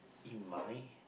in mind